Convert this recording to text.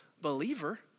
believer